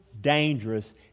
dangerous